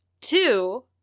Two